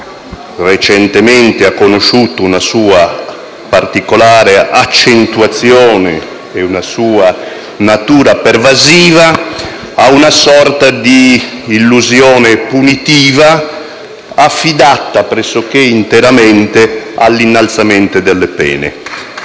recente ha conosciuto una sua particolare accentuazione e una sua irresistibile pervasività, a una sorta di illusione punitiva affidata pressoché interamente all'innalzamento delle pene